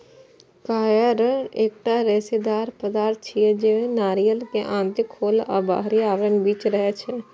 coir एकटा रेशेदार पदार्थ छियै, जे नारियल के आंतरिक खोल आ बाहरी आवरणक बीच रहै छै